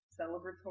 celebratory